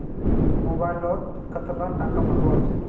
Mobile लोत कतला टाका भरवा होचे?